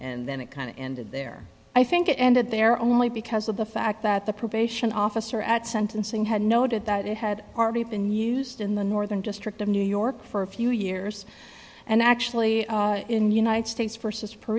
and then it kind of ended there i think it ended there only because of the fact that the probation officer at sentencing had noted that it had been used in the northern district of new york for a few years and actually in united states versus p